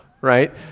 Right